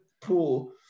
pool